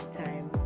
time